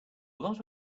lot